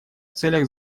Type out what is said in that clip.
целях